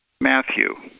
Matthew